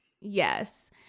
yes